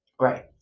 Right